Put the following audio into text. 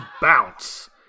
bounce